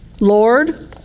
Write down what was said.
Lord